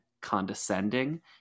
condescending